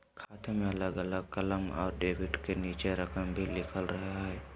खाते में अलग अलग कालम में डेबिट के नीचे रकम भी लिखल रहा हइ